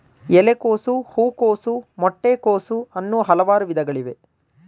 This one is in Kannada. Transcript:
ಎಲೆಕೋಸು, ಹೂಕೋಸು, ಮೊಟ್ಟೆ ಕೋಸು, ಅನ್ನೂ ಹಲವಾರು ವಿಧಗಳಿವೆ